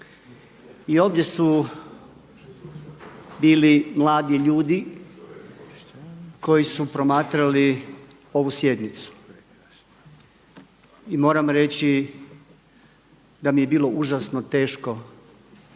i ovdje su bili mladi ljudi koji su promatrali ovu sjednicu. I moram reći da mi je bilo užasno teško